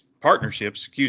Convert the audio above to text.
partnerships